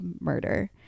murder